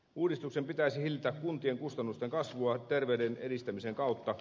uudistuksen pitäisi hillitä kuntien kustannusten kasvua terveyden edistämisen kautta